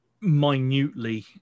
Minutely